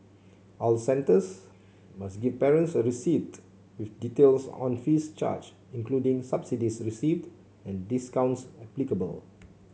all centres must give parents a receipt with details on fees charge including subsidies received and discounts applicable